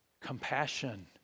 compassion